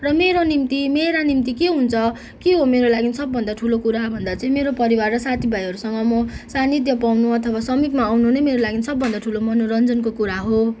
र मेरो निम्ति मेरा निम्ति के हुन्छ के हो मेरो लागि सबभन्दा ठुलो कुरा भन्दा चाहि मेरो परिवार र साथी भाइहरूसँगमा सानिध्य पाउनु अथवा समीपमा आउनु नै मेरो लागि सबभन्दा ठुलो मनोरञ्जनको कुरा हो